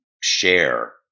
share